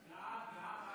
בעד.